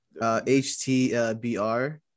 htbr